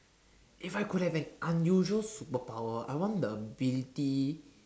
if I could have an unusual superpower I want the ability